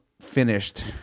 finished